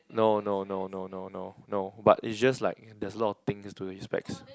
no no no no no no but it's just like there's just a lot of things to his specs